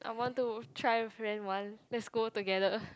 I want to try and rent one let's go together